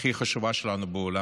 הכי חשובה שלנו בעולם,